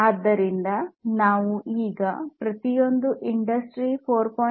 ಆದ್ದರಿಂದ ನಾವು ಈಗ ಪ್ರತಿಯೊಂದು ಇಂಡಸ್ಟ್ರೀ 4